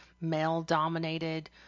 male-dominated